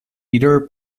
either